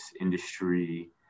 industry